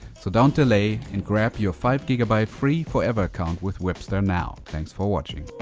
so don't delay, and grab your five gigabyte free forever account with wipster now. thanks for watching.